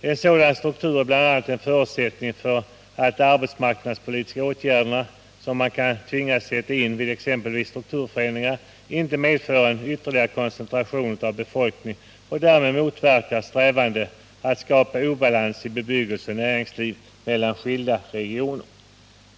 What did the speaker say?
Därför bör de arbetsmarknadspolitiska åtgärder som man tvingas sätta in vid exempelvis strukturförändringar vara av sådan art att de inte medför en ytterligare koncentration av befolkningen och därmed motverkar strävandena att skapa balans i bebyggelse och näringsliv mellan skilda regioner.